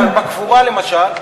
בקבורה למשל,